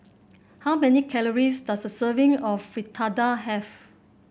how many calories does a serving of Fritada have